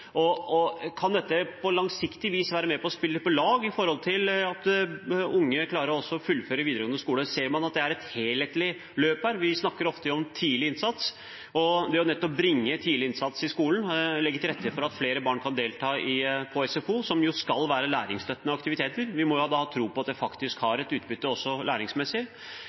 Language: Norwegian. dette på langsiktig vis være med på å spille på lag med at unge klarer å fullføre videregående skole? Ser man at det er et helhetlig løp her? Vi snakker ofte om tidlig innsats, og ved å bringe nettopp tidlig innsats inn i skolen og legge til rette for at flere barn kan delta på SFO – som skal være læringsstøttende aktiviteter – må vi ha tro på at det faktisk gir et utbytte, også læringsmessig.